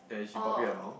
oh